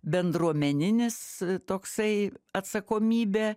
bendruomeninis toksai atsakomybė